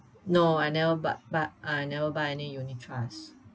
no I never b~ b~ I never buy any unit trust